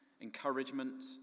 encouragement